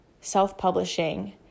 self-publishing